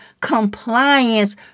compliance